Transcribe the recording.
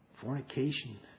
fornication